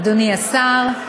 אדוני השר,